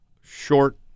short